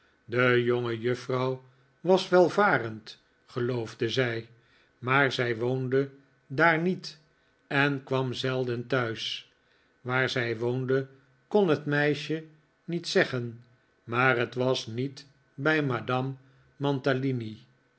de jongejuffrouw was welvarend geloofde zij maar zij woonde daar niet en kwam zelden thuis waar zij woonde kon het meisje niet zeggen maar het was niet bij madame